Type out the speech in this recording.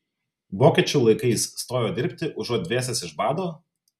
vokiečių laikais stojo dirbti užuot dvėsęs iš bado